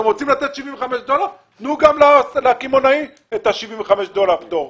אם אתם רוצים לתת 75 דולר - תנו גם לקמעונאי את ה-75 דולר פטור.